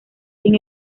sin